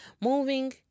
moving